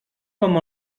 com